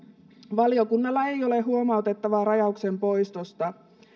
valiokunnalla ei ole huomautettavaa rajauksen poistosta